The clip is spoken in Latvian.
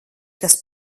kas